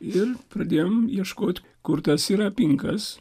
ir pradėjom ieškoti kur tas yra pinkas